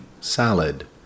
salad